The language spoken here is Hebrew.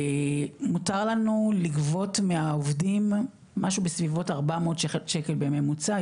מותר לנו לגבות מהעובדים משהו בסביבות 400 שקל בממוצע,